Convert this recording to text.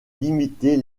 limiter